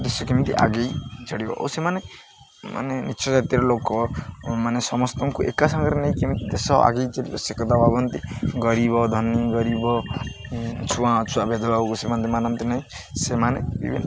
ଦେଶ କେମିତି ଆଗେଇ ଚାଲିବ ଓ ସେମାନେ ମାନେ ନୀଚ୍ଚ ଜାତିର ଲୋକ ମାନେ ସମସ୍ତଙ୍କୁ ଏକା ସାଙ୍ଗରେ ନେଇ କେମିତି ଦେଶ ଆଗେଇ ଚାଲିବ ସେ କଥା ଭାବନ୍ତି ଗରିବ ଧନୀ ଗରିବ ଛୁଆଁ ଅଛୁଆଁ ଭେଦଭାବକୁ ସେମାନେ ମାନନ୍ତି ନାହିଁ ସେମାନେ ବିଭିନ୍ନ